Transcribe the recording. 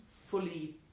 fully